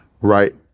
right